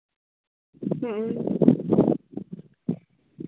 ᱦᱮᱸ